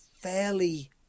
fairly